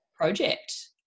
project